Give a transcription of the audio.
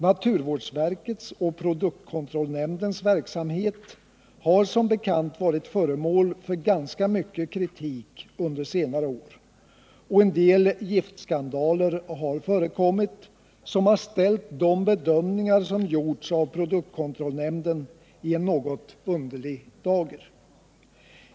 Naturvårdsverkets och produktkontrollnämndens verksamhet har som bekant varit föremål för ganska mycken kritik under senare år. En del giftskandaler har förekommit och ställt de bedömningar som gjorts av produktkontrollnämnden i en något underlig dager.